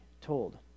told